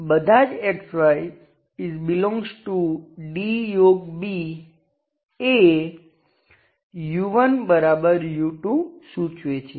તેથી wxy0 ∀∈ એ u1u2 સૂચવે છે